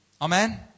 Amen